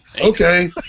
Okay